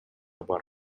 бар